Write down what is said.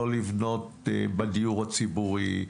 לא לבנות בדיור הציבורי,